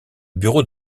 bureau